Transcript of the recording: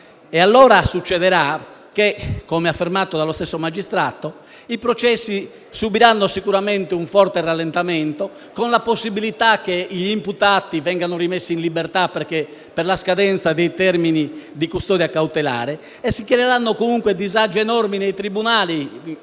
allora che, come affermato dallo stesso magistrato, i processi subiranno sicuramente un forte rallentamento, con la possibilità che gli imputati vengano rimessi in libertà per la scadenza dei termini di custodia cautelare e si creeranno comunque disagi enormi nei tribunali,